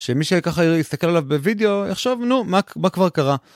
שמי שככה יסתכל עליו בווידאו יחשוב נו מה כבר קרה.